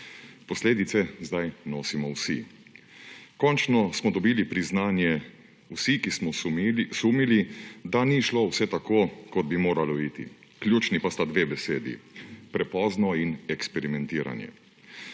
Posledice zdaj nosimo vsi. Končno smo dobili priznanje vsi, ki smo sumili, da ni šlo vse tako, kot bi moralo iti, ključni pa sta dve besedi – prepozno in eksperimentiranje.